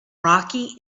rocky